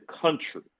country